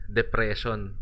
depression